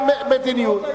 הם מבצעים מדיניות.